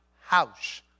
house